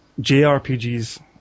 jrpgs